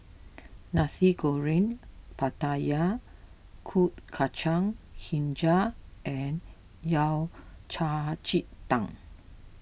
Nasi Goreng Pattaya Kuih Kacang HiJau and Yao Cai Ji Tang